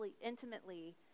intimately